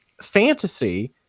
fantasy